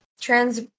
trans